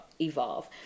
evolve